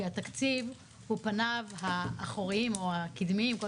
כי התקציב הוא פניו האחוריים או הקדמיים - כל